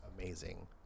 amazing